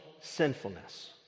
sinfulness